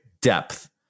depth